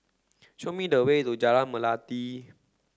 show me the way to Jalan Melati